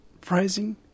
phrasing